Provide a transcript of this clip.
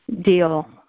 deal